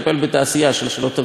שלא תבינו אותי לא נכון,